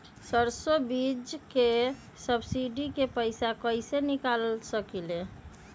सरसों बीज के सब्सिडी के पैसा कईसे निकाल सकीले?